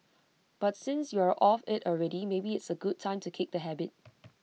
but since you are off IT already maybe it's A good time to kick the habit